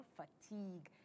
fatigue